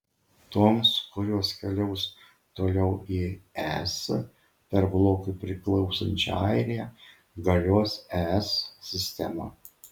toms kurios keliaus toliau į es per blokui priklausančią airiją galios es sistema